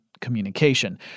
communication